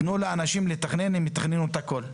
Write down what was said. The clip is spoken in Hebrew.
תנו לאנשים לתכנן והם יתכננו את הכל,